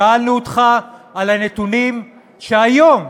שאלנו אותך על הנתונים שהיום,